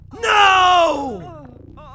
No